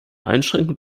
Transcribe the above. einschränkung